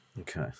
Okay